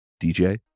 DJ